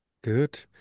Good